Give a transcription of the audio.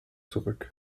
zurück